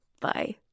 Bye